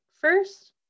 first